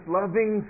loving